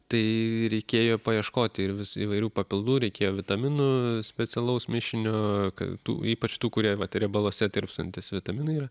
tai reikėjo paieškoti ir vis įvairių papildų reikėjo vitaminų specialaus mišinio ypač tų kurie vat riebaluose tirpstantys vitaminai yra